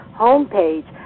homepage